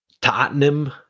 tottenham